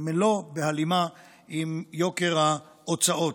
והן לא בהלימה עם יוקר ההוצאות.